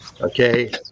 Okay